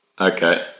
Okay